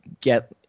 get